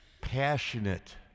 passionate